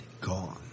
gone